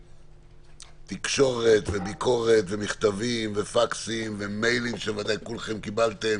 תקשורת וביקורת ומכתבים ופקסים ומיילים שוודאי כולכם קיבלתם.